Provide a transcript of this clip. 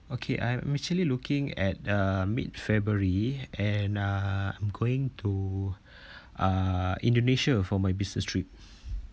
okay I'm actually looking at uh mid february and uh I'm going to uh indonesia for my business trip